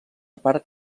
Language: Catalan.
part